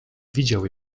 widział